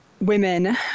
women